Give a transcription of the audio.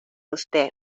usted